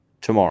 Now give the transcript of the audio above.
tomorrow